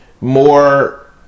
more